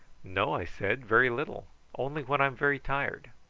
no, i said very little. only when i'm very tired.